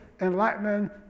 enlightenment